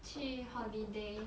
去 holiday